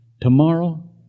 Tomorrow